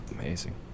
Amazing